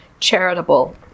Charitable